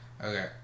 Okay